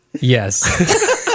Yes